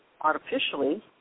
artificially